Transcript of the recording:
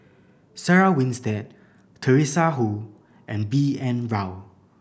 Sarah Winstedt Teresa Hsu and B N Rao